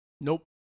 Nope